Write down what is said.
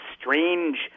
strange